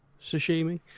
Sashimi